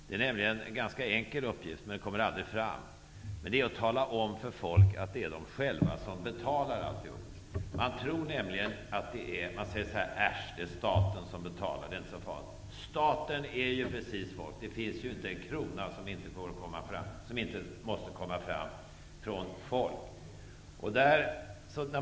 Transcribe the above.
Det är en ganska enkel uppgift, men den kommer nästan aldrig fram, och det är att tala om för folk att det är de själva som betalar allting. Man säger lätt så här: Äsch, det är staten som betalar, så det är inte så farligt. Men staten är ju folk. Det finns inte en krona som inte kommer från folk.